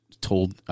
told